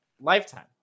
Lifetime